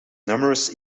numerous